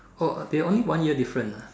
oh they only one year different ah